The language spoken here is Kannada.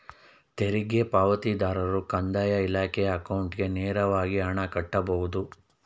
ತೆರಿಗೆ ಪಾವತಿದಾರರು ಕಂದಾಯ ಇಲಾಖೆಯ ಅಕೌಂಟ್ಗೆ ನೇರವಾಗಿ ಹಣ ಕಟ್ಟಬಹುದು